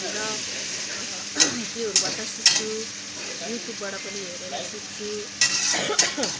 र त्योहरूबाट सिक्छु युट्युबबाट पनि हेरेर सिक्छु